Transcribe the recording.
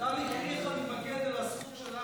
כל הכבוד לצה"ל, לחיילינו